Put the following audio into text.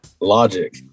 Logic